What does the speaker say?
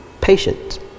patient